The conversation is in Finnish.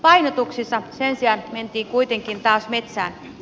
painotuksissa sen sijaan mentiin kuitenkin taas metsään